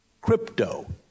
Crypto